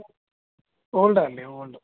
old అండి old